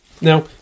Now